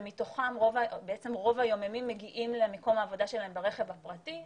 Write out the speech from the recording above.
ומתוכם רוב היוממים מגיעים למקום העבודה שלהם ברכב הפרטי,